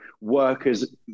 workers